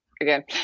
again